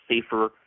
safer